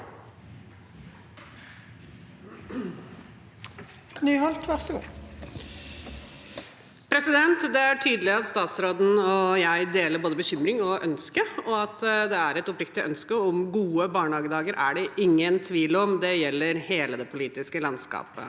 Det er tydelig at statsråden og jeg deler både bekymring og ønske. At det er et oppriktig ønske om gode barnehagedager, er det ingen tvil om. Det gjelder for hele det politiske landskapet,